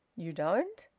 you don't?